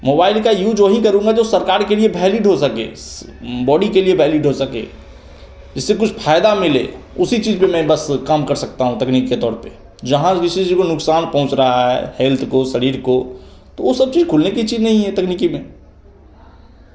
mobile का use ओही करूँगा जो सरकार के लिए भैलिड हो सके स बॉडी के लिए भैलिड हो सके जिससे कुछ फ़ायदा मिले उसी चीज़ पे बस मैं काम कर सकता हूँ तकनीक के तौर पे जहाँ जिस चीज़ को नुकसान पहुँच रहा है हेल्थ को शरीर को तो ओ सब चीज़ खोलने की चीज़ नहीं है तकनीकी में